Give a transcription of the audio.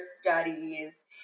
studies